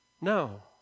No